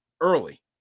early